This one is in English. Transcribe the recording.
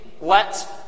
let